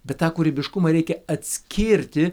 bet tą kūrybiškumą reikia atskirti